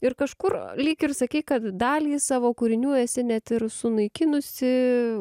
ir kažkur lyg ir sakei kad dalį savo kūrinių esi net ir sunaikinusi